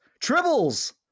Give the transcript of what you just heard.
Tribbles